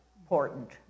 important